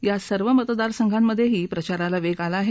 या सर्व मतदार संघांमध्येही प्रचाराला वेग आला आहे